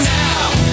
now